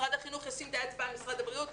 משרד החינוך ישים את האצבע על משרד הבריאות,